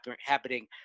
happening